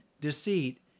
deceit